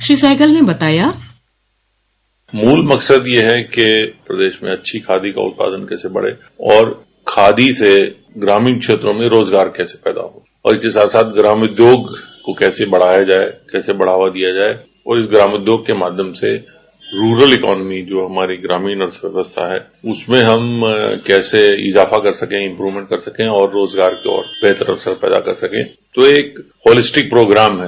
इस सहगल ने बताया मूल मकसद यह है कि प्रदेश में अच्छी खादी का उत्पादन कैसे बढ़े और खादी से ग्रामीण क्षेत्रों में रोजगार कैसे पैदा हो और इसके साथ साथ ग्रामोद्योग को कैसे बढ़ाया जाये कैसे बढ़ावा दिया जाये उस ग्रामोद्योग के माध्यम से सरल एकोनमिक जो हमारी ग्रामीण अर्थव्यवस्था है उसमें हम कैसे इजाफा कर सके इम्प्रवमेंट कर सके और रोजगार को बेहतर अवसर पैदा कर सके तो एक पोलिस्टिक प्रोग्राम है